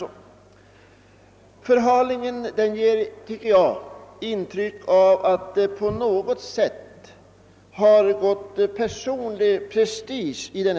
Denna förhalning gör ett intryck av att det gått personlig prestige i frågan.